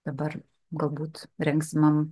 dabar galbūt rengsimam